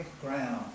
ground